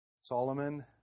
Solomon